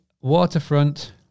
waterfront